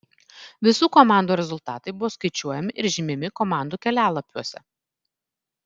visų komandų rezultatai buvo skaičiuojami ir žymimi komandų kelialapiuose